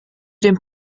dem